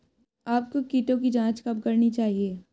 आपको कीटों की जांच कब करनी चाहिए?